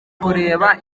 kureba